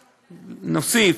נוסיף: